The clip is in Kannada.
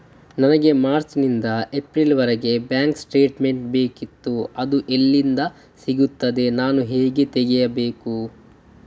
ನನಗೆ ಮಾರ್ಚ್ ನಿಂದ ಏಪ್ರಿಲ್ ವರೆಗೆ ಬ್ಯಾಂಕ್ ಸ್ಟೇಟ್ಮೆಂಟ್ ಬೇಕಿತ್ತು ಅದು ಎಲ್ಲಿಂದ ಸಿಗುತ್ತದೆ ನಾನು ಹೇಗೆ ತೆಗೆಯಬೇಕು?